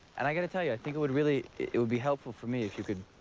and i gotta tell you, i think it would really, it would be helpful for me if you could,